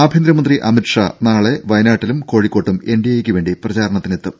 ആഭ്യന്തരമന്ത്രി അമിത് ഷാ നാളെ വയനാട്ടിലും കോഴിക്കോട്ടും എൻഡിഎ ക്ക് വേണ്ടി പ്രചാരണത്തിനിറങ്ങും